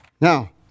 Now